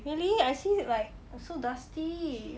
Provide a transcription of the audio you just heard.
really I see like so dusty